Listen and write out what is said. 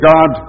God